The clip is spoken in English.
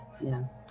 Yes